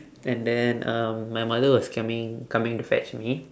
and then um my mother was coming coming to fetch me